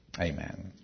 Amen